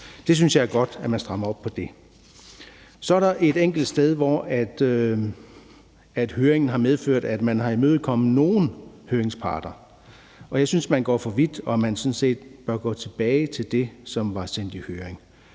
Jeg synes, det er godt, at man strammer op på det. Så er der et enkelt sted, hvor høringen har medført, at man har imødekommet nogle høringsparter. Jeg synes, at man går for vidt, og at man bør gå tilbage til det, som var sendt i høring.